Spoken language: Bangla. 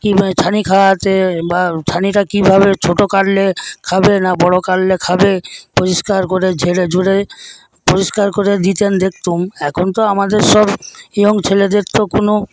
কিম্বা ছানি খাওয়াতে বা ছানিটা কীভাবে ছোটো কাটলে খাবে না বড় কাটলে খাবে পরিষ্কার করে ঝেড়েঝুড়ে পরিষ্কার করে দিতেন দেখতুম এখন তো আমাদের সব ইয়ং ছেলেদের তো কোনো